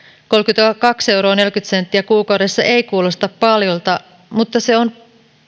kolmekymmentäkaksi euroa neljäkymmentä senttiä kuukaudessa ei kuulosta paljolta mutta se on